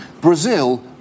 Brazil